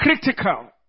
critical